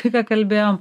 tai ką kalbėjom